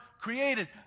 created